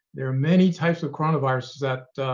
there are many types of coronaviruses that